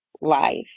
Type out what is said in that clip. life